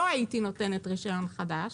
לא הייתי נותנת רישיון חדש,